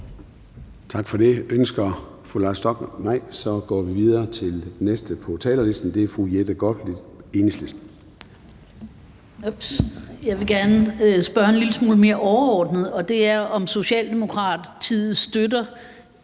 Tak for det. Ønsker fru Leila Stockmarr ordet? Nej. Så går vi videre til den næste på talerlisten. Det er fru Jette Gottlieb, Enhedslisten. Kl. 13:24 Jette Gottlieb (EL): Jeg vil gerne spørge en lille smule mere overordnet, nemlig om Socialdemokratiet støtter